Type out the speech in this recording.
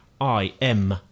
im